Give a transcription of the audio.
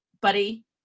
buddy